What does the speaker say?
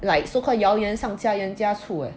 like so called 谣言上加盐加醋 eh